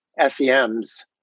SEMs